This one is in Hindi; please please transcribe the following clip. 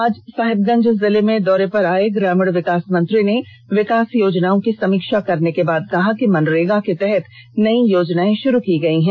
आज साहिबगंज जिले में दौरे पर आये ग्रामीण विकास मंत्री ने विकास योजनाओं की समीक्षा करने के बाद कहा कि मनरेगा के तहत तीन नई योजनाएं शुरू की गई है